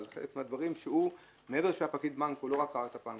אבל מעבר לזה שהוא היה פקיד בנק הוא לא ראה רק את הבנק,